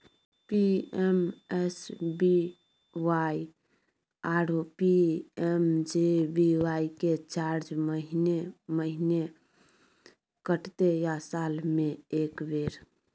PMSBY आरो PMJBY के charge महीने महीना कटते या साल म एक बेर?